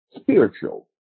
spiritual